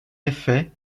effet